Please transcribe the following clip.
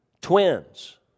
Twins